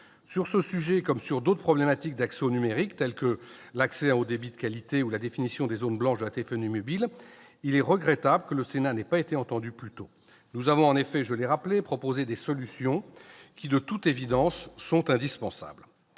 Sur ce sujet, comme sur d'autres problématiques d'accès au numérique, telles que l'accès à un haut débit de qualité ou la définition des zones blanches de la téléphonie mobile, il est regrettable que le Sénat n'ait pas été entendu plus tôt. Nous avons en effet, je l'ai rappelé, proposé des solutions, qui, de toute évidence, sont indispensables